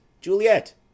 Juliet